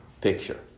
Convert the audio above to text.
picture